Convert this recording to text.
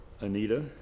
Anita